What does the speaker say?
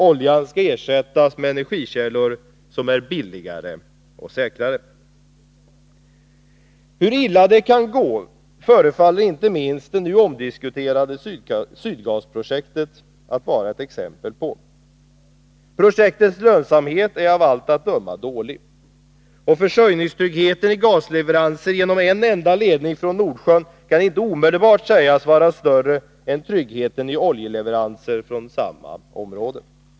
Oljan skall ersättas med energikällor som är billigare och säkrare. Hur illa det kan gå förefaller inte minst det nu omdiskuterade Sydgasprojektet vara ett exempel på. Projektets lönsamhet är av allt att döma dålig. Och försörjningstryggheten i gasleveranser genom en enda ledning från Nordsjön kan inte omedelbart sägas vara större än tryggheten i oljeleveranser från samma område.